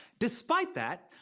despite that,